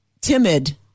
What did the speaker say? timid